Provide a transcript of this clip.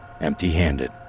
empty-handed